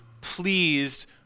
pleased